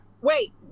Wait